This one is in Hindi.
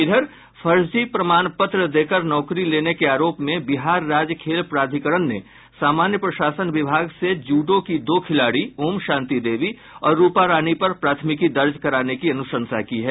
इधर फर्जी प्रमाण पत्र देकर नौकरी लेने के आरोप में बिहार राज्य खेल प्राधिकरण ने सामान्य प्रशासन विभाग से जूडो की दो खिलाड़ी ओम शांति देवी और रूपा रानी पर प्राथमिकी दर्ज कराने की अनुशंसा की है